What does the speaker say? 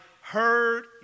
heard